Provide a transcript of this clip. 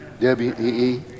W-E-E